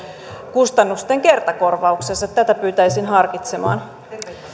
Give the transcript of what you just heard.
kustannusten kertakorvauksessa tätä pyytäisin harkitsemaan